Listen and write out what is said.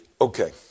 Okay